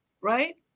right